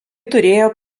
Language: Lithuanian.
turėjo